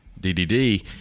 DDD